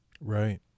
Right